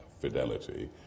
fidelity